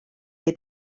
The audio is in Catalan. que